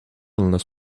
unless